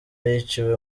yiciwe